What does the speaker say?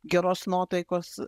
geros nuotaikos